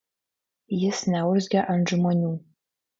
jis neurzgia ant žmonių